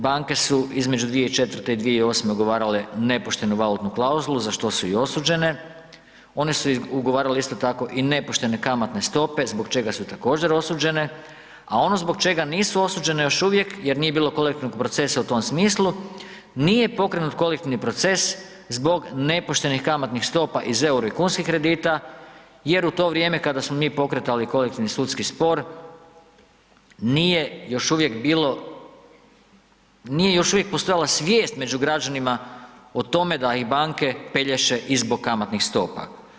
Banke su između 2004. i 2008. ugovarale nepoštenu valutnu klauzulu, za što su i osuđene, one su ugovarale isto tako i nepoštene kamatne stope, zbog čega su također, osuđene, a ono zbog čega nisu osuđene još uvijek jer nije bilo kolektivnog procesa u tom smislu, nije pokrenut kolektivni proces zbog nepoštenih kamatnih stopa iz euro i kunskih kredita jer u to vrijeme kada smo mi pokretali kolektivni sudski spor nije još uvijek bilo, nije još uvijek postojala svijest među građanima o tome da ih banke pelješe i zbog kamatnih stopa.